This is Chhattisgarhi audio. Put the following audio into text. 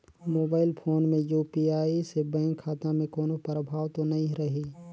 मोबाइल फोन मे यू.पी.आई से बैंक खाता मे कोनो प्रभाव तो नइ रही?